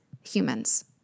humans